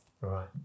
Right